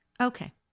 Okay